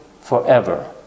forever